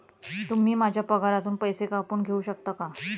तुम्ही माझ्या पगारातून पैसे कापून घेऊ शकता का?